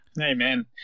amen